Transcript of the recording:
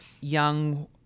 young